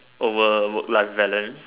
overwork life balance